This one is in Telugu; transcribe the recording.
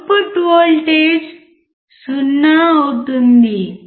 అవుట్పుట్ వోల్టేజ్ 0 అవుతుంది